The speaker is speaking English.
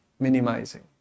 minimizing